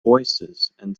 voicesand